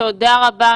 תודה רבה,